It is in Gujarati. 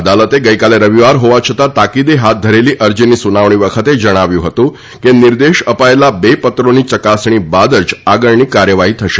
અદાલતે ગઈકાલે રવિવાર હોવા છતાં તાકીદે હાથ ધરેલી અરજીની સુનાવણી વખતે જણાવ્યું હતું કે નિર્દેશ અપાયેલા બે પત્રોની ચકાસણી બાદ જ આગળની કાર્યવાહી થશે